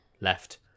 left